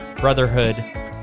Brotherhood